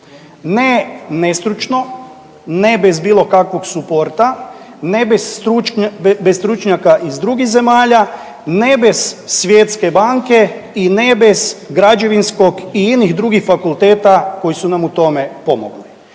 ne nestručno, ne bez bilo kakvog suporta, ne bez stručnjaka iz drugih zemalja, ne bez Svjetske banke i ne bez građevinskog i inih drugih fakulteta koji su nam u tome pomogli.